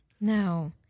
no